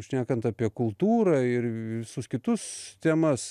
šnekant apie kultūrą ir visus kitus temas